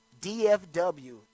DFW